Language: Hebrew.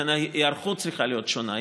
לכן ההיערכות צריכה להיות שונה.